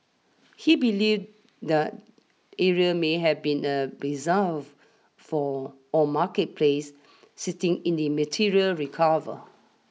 he believed that area may have been a bazaar for or marketplace citing in the material recovered